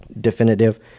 definitive